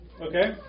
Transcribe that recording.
Okay